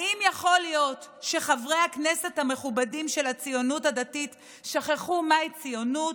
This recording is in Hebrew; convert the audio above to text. האם יכול להיות שחברי הכנסת המכובדים של הציונות הדתית שכחו מהי ציונות?